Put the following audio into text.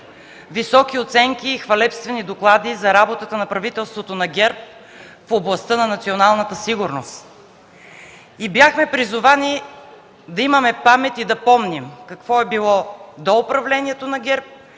високи оценки и хвалебствени доклади за работата на правителството на ГЕРБ в областта на националната сигурност и бяхме призовани да имаме памет и да помним какво е било до управлението на ГЕРБ